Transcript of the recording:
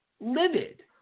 livid